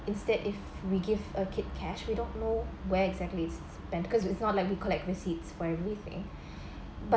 instead if we give a kid cash we don't know where exactly it's spend because it's not like we collect receipts for everything but